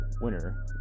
winner